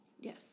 Yes